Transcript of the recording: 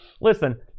listen